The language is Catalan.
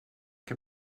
que